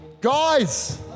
guys